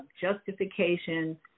justification